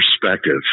perspective